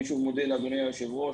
אני שוב מודה לאדוני היושב-ראש.